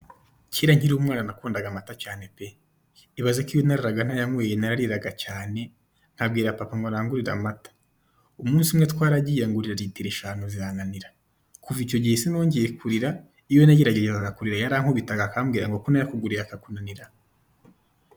Kera nkiri umwana n'akundaga amata cyane pee! Ibaze ko iyo nararaga ntaya nyweye n'arariraga cyane nkabwira papa ngo na ngurire amata ,umunsi umwe twaragiye angurira litiro eshanu zirananira kuva icyo gihe sinonjyeye kurira iyo nariraga yarankubitaga akambwira ngo"sinayakuguriye akakunanira".